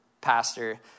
pastor